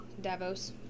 Davos